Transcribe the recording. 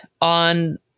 on